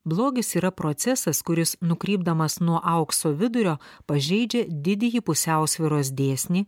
blogis yra procesas kuris nukrypdamas nuo aukso vidurio pažeidžia didįjį pusiausvyros dėsnį